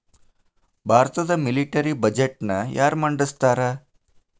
ಭಾರತದ ಮಿಲಿಟರಿ ಬಜೆಟ್ನ ಯಾರ ಮಂಡಿಸ್ತಾರಾ